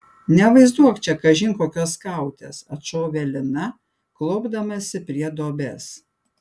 nevaizduok čia kažin kokios skautės atšovė lina klaupdamasi prie duobės